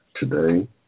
today